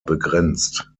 begrenzt